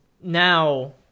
now